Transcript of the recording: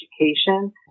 education